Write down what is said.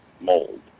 mold